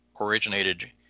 originated